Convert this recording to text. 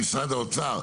משרד האוצר,